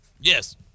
Yes